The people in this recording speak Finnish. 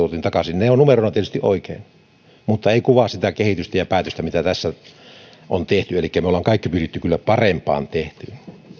takaisin ne ovat numeroina tietysti oikein mutta eivät kuvaa sitä kehitystä ja niitä päätöksiä mitä tässä on tehty elikkä me olemme kaikki kyllä pyrkineet parempaan